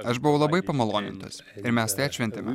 aš buvau labai pamalonintas ir mes tai atšventėme